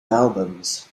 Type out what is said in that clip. albums